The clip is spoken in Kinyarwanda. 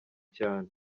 cyane